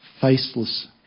faceless